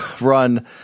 run –